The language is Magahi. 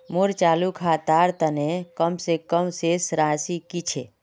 मोर चालू खातार तने कम से कम शेष राशि कि छे?